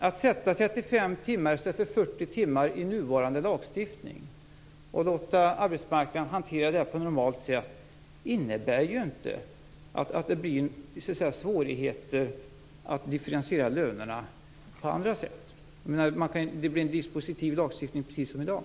Att sätta 35 timmar i stället för 40 timmar i nuvarande lagstiftning och låta arbetsmarknaden hantera detta på normalt sätt innebär ju inte att det blir svårt att differentiera lönerna på andra sätt. Det blir en dispositiv lagstiftning precis som i dag.